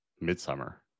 Midsummer